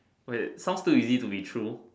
okay sounds too easy to be true